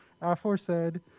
aforesaid